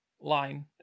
line